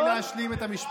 תן לי להשלים את הדברים.